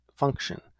function